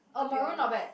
oh maroon not bad